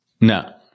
No